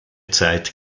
zeit